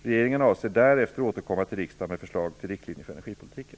Regeringen avser därefter att återkomma till riksdagen med förslag till riktlinjer för energipolitiken.